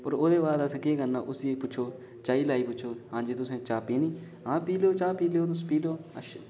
फिर ओह्दे बाद असें केह् करना उसी पुच्छो चाही लेई पुच्छो हंजी तुसें चाऽ पीनी हां चाऽ पी लैओ तुस अच्छा